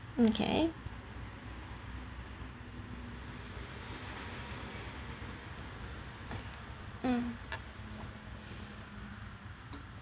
okay mm